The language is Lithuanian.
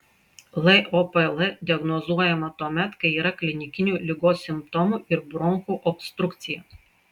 lopl diagnozuojama tuomet kai yra klinikinių ligos simptomų ir bronchų obstrukcija